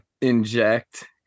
inject